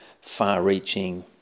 far-reaching